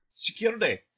Security